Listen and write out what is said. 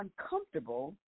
uncomfortable